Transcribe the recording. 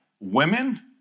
Women